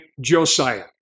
Josiah